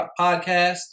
podcast